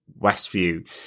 westview